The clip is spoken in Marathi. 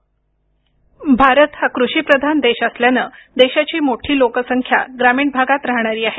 ध्वनी भारत हा कृषी प्रधान देश असल्यानं देशाची मोठी लोकसंख्या ग्रामीण भागात राहणारी आहे